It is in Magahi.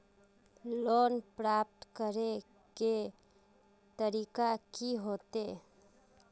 लोन प्राप्त करे के तरीका की होते?